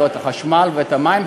לא את החשמל ולא את המים.